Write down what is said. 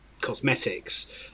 cosmetics